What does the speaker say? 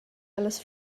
ellas